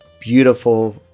beautiful